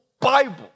Bible